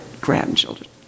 grandchildren